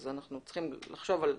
צריך לחשוב על זה.